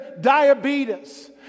diabetes